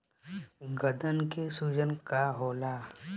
गदन के सूजन का होला?